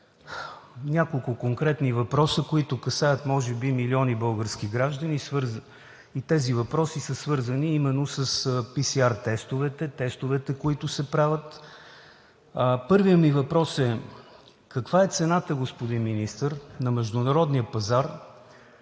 няколко конкретни въпроса, които касаят може би милиони български граждани. Тези въпроси са свързани именно с PCR тестовете, които се правят. Първият ми въпрос е: каква е цената, господин Министър на международния пазар